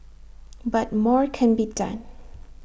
but more can be done